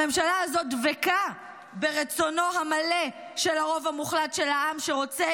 הממשלה הזו דבקה ברצונו המלא של הרוב המוחלט של העם שרוצה